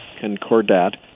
concordat